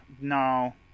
No